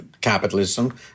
capitalism